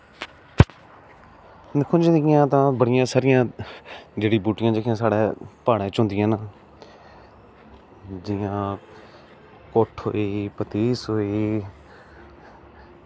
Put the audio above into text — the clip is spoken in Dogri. इत्थें ते जेह्कियां बड़ियां सारियां जड़ी बुट्टियां जेह्कियां प्हाड़ें च होंदियां न जियां पौथ होई पतीस होई